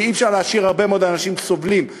כי אי-אפשר להשאיר הרבה מאוד אנשים סובלים,